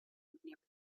neighborhood